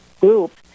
group